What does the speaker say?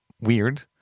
weird